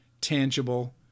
tangible